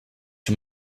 you